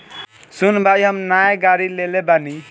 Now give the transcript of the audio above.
सुन भाई हम नाय गाड़ी लेले बानी